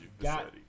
got